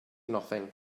nothing